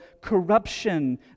corruption